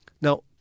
now